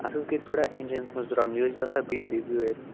اَتھ حظ گٔے تھوڑا اِنٛجَنٛس منٛز پرابلِم یہِ حظ چھِ گژھان بِہِتھٕے گٲڑۍ